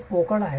ते पोकळ आहेत